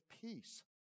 peace